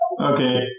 Okay